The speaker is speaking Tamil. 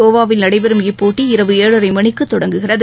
கோவாவில் நடைபெறும் இப்போட்டி இரவு ஏழரை மணிக்கு தொடங்குகிறது